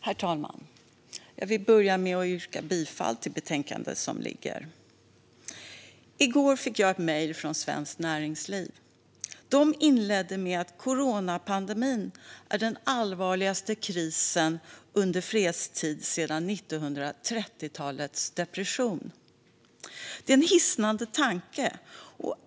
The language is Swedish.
Herr talman! Jag vill börja med att yrka bifall till utskottets förslag i det betänkande som ligger på bordet. I går fick jag ett mejl från Svenskt Näringsliv. De inledde med att skriva att coronapandemin är den allvarligaste krisen i fredstid sedan 1930-talets depression. Det är en hisnande tanke.